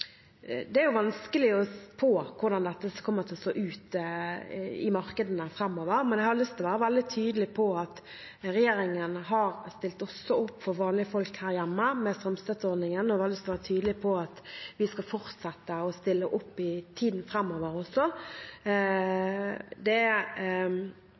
vanskelig å spå hvordan dette kommer til å slå ut i markedene framover. Men jeg har lyst til å være veldig tydelig på at regjeringen har stilt opp også for vanlige folk her hjemme, med strømstøtteordningen. Og jeg vil være tydelig på at vi skal fortsette å stille opp i tiden framover også.